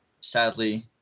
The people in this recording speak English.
sadly